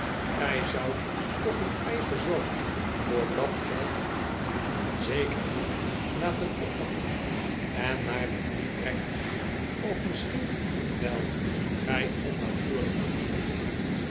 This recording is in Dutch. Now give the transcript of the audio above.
gij zoudt toch uw eigen zoon voor dat geld i eens een waarzegger van naam in het graafechaj cheshire j e zeker niet laten oppakken en naar de fleet brengen of misschien wel gij onnatuurlijke